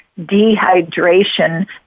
dehydration